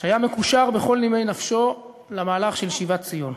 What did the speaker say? שהיה מקושר בכל נימי נפשו למהלך של שיבת ציון.